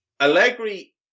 Allegri